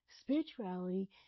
spirituality